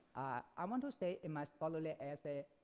i want to say in my scholarly essay,